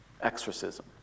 exorcism